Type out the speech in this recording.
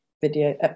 video